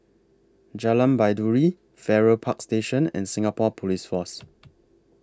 Jalan Baiduri Farrer Park Station and Singapore Police Force